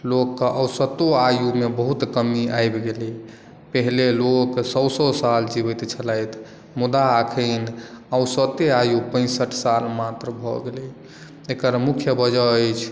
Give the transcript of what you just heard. लोक के औसतो आयु मे बहुत कमी आबि गेलै पहिले लोक सए सए साल जिबैत छलैथ मुदा अखन औसतेआयु पैसठ साल भऽ गेलै एकर मुख्य वजह अछि